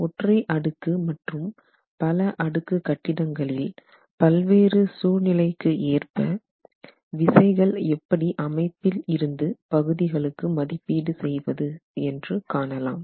ஒற்றை அடுக்கு மற்றும் பல அடுக்கு கட்டிடங்களில் பல்வேறு சூழ்நிலைக்கு ஏற்ப விசைகள் எப்படி அமைப்பில் இருந்து பகுதிகளுக்கு மதிப்பீடு செய்வது என்று காணலாம்